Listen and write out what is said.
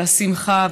והשמחה,